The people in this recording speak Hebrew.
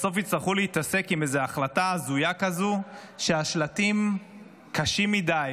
בסוף יצטרכו להתעסק עם איזו החלטה הזויה כזו שהשלטים קשים מדי,